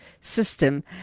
system